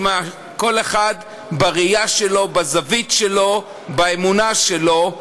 כל אחד בראייה שלו, בזווית שלו, באמונה שלו.